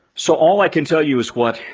so all i can tell you is what,